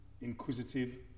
inquisitive